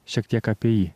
šiek tiek apie jį